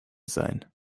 sein